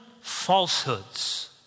falsehoods